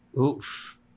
Oof